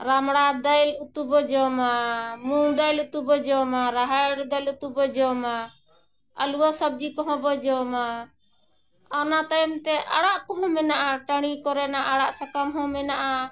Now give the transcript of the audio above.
ᱨᱟᱢᱲᱟ ᱫᱟᱹᱞ ᱩᱛᱩ ᱵᱚ ᱡᱚᱢᱟ ᱢᱩᱜᱽ ᱫᱟᱹᱞ ᱩᱛᱩ ᱵᱚ ᱡᱚᱢᱟ ᱨᱟᱦᱮᱲ ᱫᱟᱹᱞ ᱩᱛᱩ ᱵᱚ ᱡᱚᱢᱟ ᱟᱞᱩᱣᱟ ᱥᱚᱵᱡᱤ ᱠᱚᱦᱚᱸ ᱵᱚ ᱡᱚᱢᱟ ᱚᱱᱟ ᱛᱟᱭᱚᱢ ᱛᱮ ᱟᱲᱟᱜ ᱠᱚᱦᱚᱸ ᱢᱮᱱᱟᱜᱼᱟ ᱴᱟᱹᱲᱤ ᱠᱚᱨᱮᱱᱟᱜ ᱟᱲᱟᱜ ᱥᱟᱠᱟᱢ ᱦᱚᱸ ᱢᱮᱱᱟᱜᱼᱟ